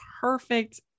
perfect